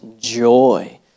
joy